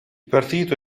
partito